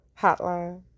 hotline